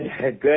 good